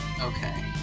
Okay